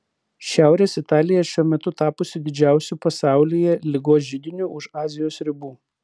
šiaurės italija šiuo metu tapusi didžiausiu pasaulyje ligos židiniu už azijos ribų